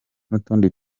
n’utundi